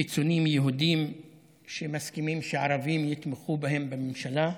קיצונים יהודים שמסכימים שהערבים יתמכו בהם בממשלה.